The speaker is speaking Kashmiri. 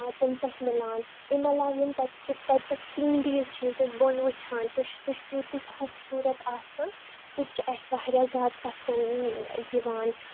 تمہِ پٮ۪ٹھ مِلان امہِ عَلاوٕ یِم تَتہِ چھِ تَتہِ پٮ۪ٹھ سیٖنریٖز چھِ یُس اسہِ بۄن وٕچھان چھِ سۄ چھ تیوٗتٕے خوٗبصورت آسان سُہ تہِ چھ اسہِ واریاہ زِیادٕ پَسنٛد یِوان